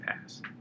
pass